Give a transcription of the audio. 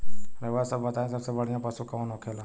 रउआ सभ बताई सबसे बढ़ियां पशु कवन होखेला?